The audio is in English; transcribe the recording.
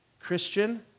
Christian